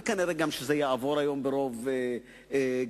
וזה כנראה יעבור היום ברוב גדול.